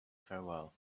farewell